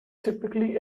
typically